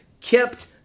kept